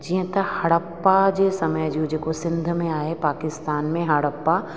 जीअं त हड़प्पा जे समय जूं जेको सिंध में आहे पाकिस्तान में हड़प्पा